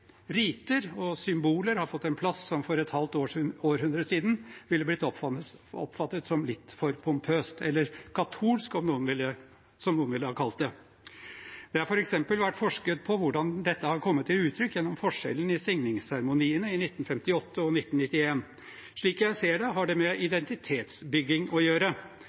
Riter og symboler har fått en plass som for et halvt århundre siden ville blitt oppfattet som litt for pompøst eller katolsk, som noen ville ha kalt det. Det har f.eks. vært forsket på hvordan dette har kommet til uttrykk gjennom forskjellen i signingsseremoniene i 1958 og 1991. Slik jeg ser det, har det med identitetsbygging å gjøre,